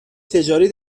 تجاری